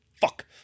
Fuck